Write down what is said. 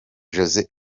jose